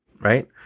right